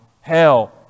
hell